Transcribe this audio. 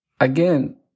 again